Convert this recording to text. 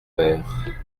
vers